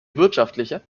wirtschaftliche